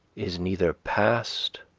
is neither past,